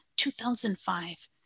2005